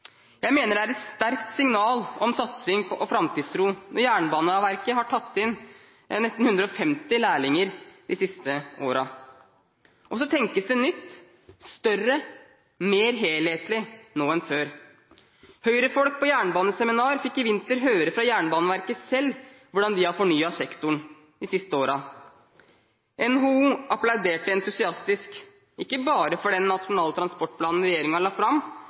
Jeg mener det er et sterkt signal om satsing og framtidstro når Jernbaneverket har tatt inn nesten 150 lærlinger de siste årene. Det tenkes nytt, større og mer helhetlig nå enn før. Høyrefolk på jernbaneseminar fikk i vinter høre fra Jernbaneverket hvordan de har fornyet sektoren de siste årene. NHO applauderte entusiastisk, ikke bare for den NTP-en regjeringen la fram,